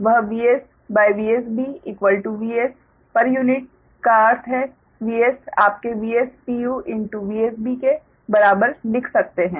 वह Vs Vs B Vs का अर्थ है 𝑽s आपके VspuVsB के बराबर लिख सकते हैं